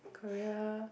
Korea